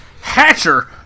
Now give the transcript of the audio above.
Hatcher